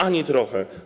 Ani trochę.